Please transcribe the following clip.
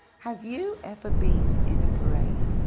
have you ever been in a parade?